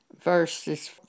verses